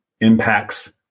impacts